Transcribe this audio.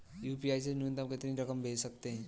UPI से न्यूनतम कितनी रकम भेज सकते हैं?